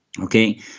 Okay